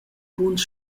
buns